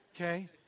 Okay